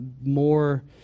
more